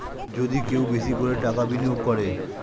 যদি কেউ বেশি করে টাকা বিনিয়োগ করে